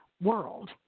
world